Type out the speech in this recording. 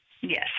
Yes